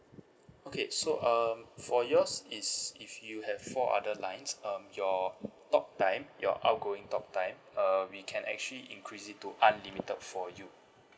okay so um for yours is if you have four other lines um your talk time your outgoing talk time uh we can actually increase it to unlimited for you